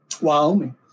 Wyoming